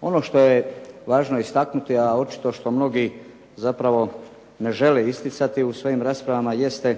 Ono što je važno istaknuti a očito što mnogi zapravo ne žele isticati u svojim raspravama jeste